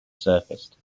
surfaced